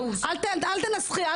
כל מה שאתם --- כולנו כמדינאים חפצי חיים.